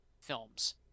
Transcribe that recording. films